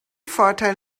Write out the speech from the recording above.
vorteil